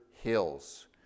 hills